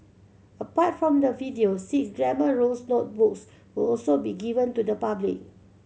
apart from the videos six Grammar Rules notebooks will also be given to the public